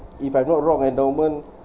if I'm not wrong endowment